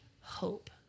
hope